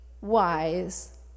wise